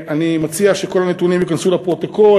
אני מציע שכל הנתונים ייכנסו לפרוטוקול,